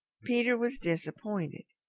peter was disappointed.